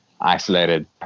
isolated